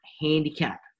Handicap